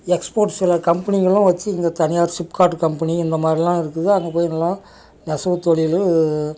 exports சில கம்பெனிகளும் வெச்சு இங்கே தனியார் சிப்கார்டு கம்பெனி இந்த மாரிலாம் இருக்குது அங்கே போயெலாம் நெசவுத் தொழில்